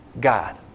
God